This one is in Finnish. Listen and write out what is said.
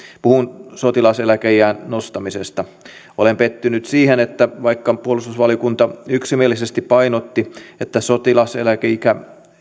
puhun sotilaseläkeiän nostamisesta olen pettynyt siihen että vaikka puolustusvaliokunta yksimielisesti painotti että sotilaseläkeikää